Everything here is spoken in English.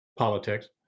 politics